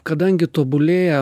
kadangi tobulėja